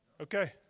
Okay